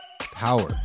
power